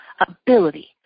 ability